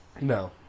No